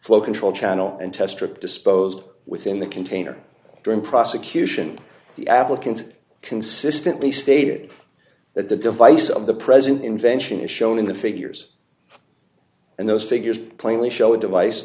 flow control channel and test trip disposed within the container during prosecution the applicant consistently stated that the device of the present invention is shown in the figures and those figures plainly show device